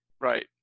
right